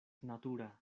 natura